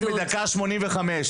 אם בדקה 85,